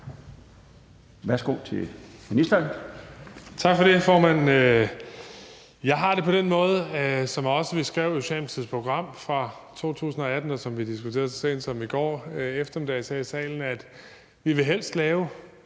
Værsgo til ministeren.